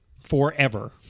forever